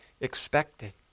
expected